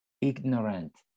ignorant